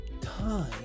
time